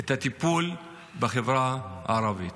את הטיפול בחברה הערבית.